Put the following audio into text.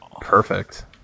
perfect